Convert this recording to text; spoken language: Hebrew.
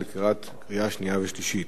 6, אין מתנגדים ואין נמנעים.